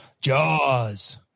Jaws